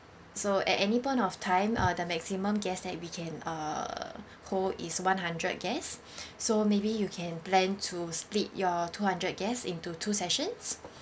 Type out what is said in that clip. so at any point of time uh the maximum guest that we can uh hold is one hundred guest so maybe you can plan to split your two hundred guests into two sessions